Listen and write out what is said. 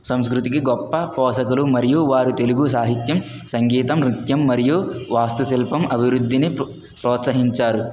సంస్క్రతికి గొప్ప పోషకులు మరియు వారు తెలుగు సాహిత్యం సంగీతం నృత్యం మరియు వాస్తుశిల్పం అభివృద్ధిని ప్రో ప్రోత్సహించారు